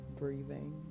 breathing